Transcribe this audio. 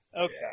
okay